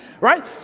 right